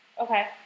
Okay